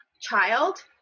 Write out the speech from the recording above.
child